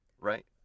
right